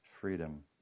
freedom